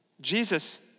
Jesus